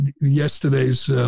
yesterday's